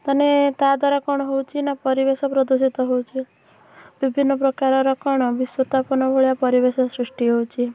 ମାନେ ତା ଦ୍ୱାରା କଣ ହେଉଛି ନା ପରିବେଶ ପ୍ରଦୂଷିତ ହେଉଛି ବିଭିନ୍ନ ପ୍ରକାରର କଣ ଭଳିଆ ପରିବେଶ ସୃଷ୍ଟି ହେଉଛି